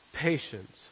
patience